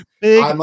Big